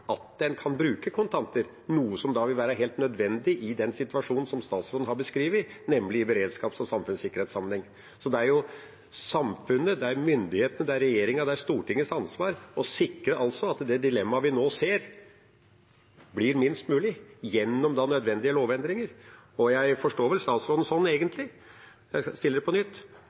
at en kan bruke kontanter, noe som vil være helt nødvendig i den situasjonen som statsråden har beskrevet, nemlig i beredskaps- og samfunnssikkerhetssammenheng. Det er jo samfunnets, det er myndighetenes, det er regjeringas og Stortingets ansvar gjennom nødvendige lovendringer å sikre at det dilemmaet vi nå ser, blir minst mulig. Jeg forstår vel egentlig statsråden slik – jeg stiller spørsmålet på nytt